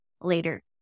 later